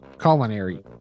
culinary